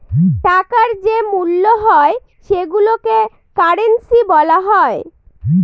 টাকার যে মূল্য হয় সেইগুলোকে কারেন্সি বলা হয়